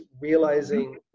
realizing